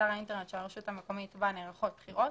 באתר האינטרנט של הרשות המקומית בה נערכות בחירות